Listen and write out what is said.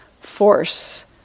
force